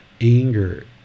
anger